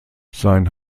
sein